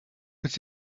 but